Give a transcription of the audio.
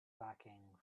lacking